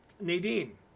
nadine